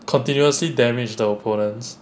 continuously damage the opponents